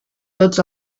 tots